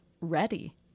ready